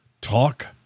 talk